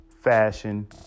fashion